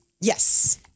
Yes